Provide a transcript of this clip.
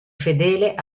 fedele